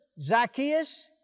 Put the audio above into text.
Zacchaeus